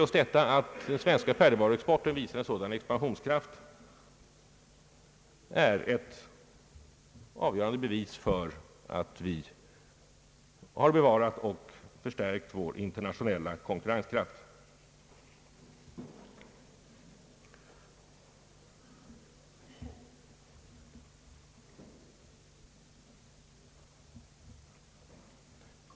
Just det förhållandet att den svenska färdig varuexporten visar en sådan expansionskraft utgör ett avgörande bevis för att vi bevarat och förstärkt vår internationella konkurrenskraft.